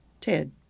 Ted